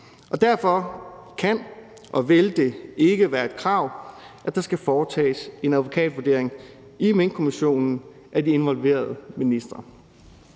Derfor kan og vil det ikke være et krav, at der skal foretages en advokatvurdering i forbindelse med Minkkommissionen af de involverede ministre.